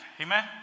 Amen